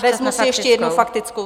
Vezmu si ještě jednu faktickou.